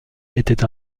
était